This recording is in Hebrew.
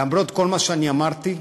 למרות כל מה שאני אמרתי,